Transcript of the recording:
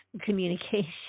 communication